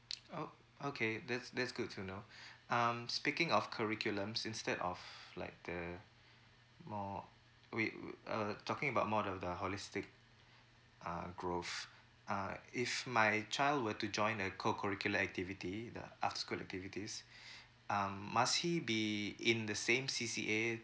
oh okay that's that's good to know um speaking of curriculums instead of like the more wait wait uh talking about more of the holistic uh growth uh if my child were to join a cocurricular activity the after school activities um must he be in the same C_C_A